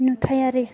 नुथायारि